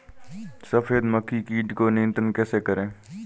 सफेद मक्खी कीट को नियंत्रण कैसे करें?